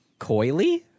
Coily